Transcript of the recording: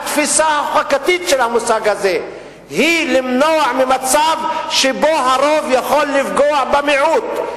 התפיסה החוקתית של המושג הזה היא למנוע מצב שבו הרוב יכול לפגוע במיעוט.